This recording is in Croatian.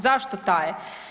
Zašto taje?